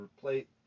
plate